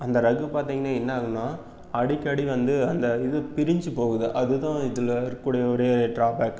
அந்த ரஃகு பார்த்தீங்கன்னா என்ன ஆகுன்னால் அடிக்கடி வந்து அந்த இது பிரிஞ்சுப் போகுது அதுதான் இதில் இருக்கக்கூடிய ஒரே ட்ரா பேக்